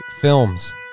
films